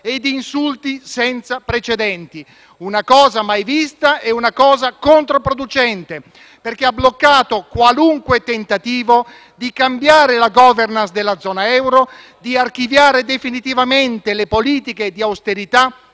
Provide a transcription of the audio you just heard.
e di insulti senza precedenti: una cosa mai vista e controproducente, perché ha bloccato qualunque tentativo di cambiare la *governance* della zona euro e di archiviare definitivamente le politiche di austerità